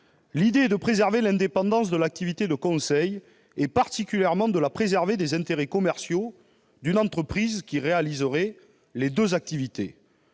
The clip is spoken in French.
L'idée est de préserver l'indépendance de l'activité de conseil, en particulier à l'égard des intérêts commerciaux d'une entreprise qui assurerait les deux activités